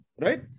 right